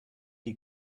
die